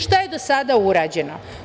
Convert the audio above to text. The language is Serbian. Šta je do sada urađeno?